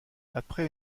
après